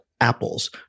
Apples